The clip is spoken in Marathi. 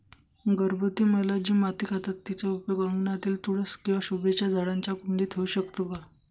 गर्भवती महिला जी माती खातात तिचा उपयोग अंगणातील तुळस किंवा शोभेच्या झाडांच्या कुंडीत होऊ शकतो का?